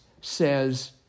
says